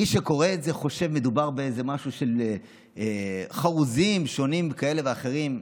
מי שקורא את זה חושב שמדובר באיזה משהו של חרוזים שונים כאלה ואחרים.